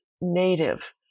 native